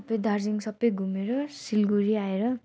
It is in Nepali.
सबै दार्जिलिङ सबै घुमेर सिलगढी आएर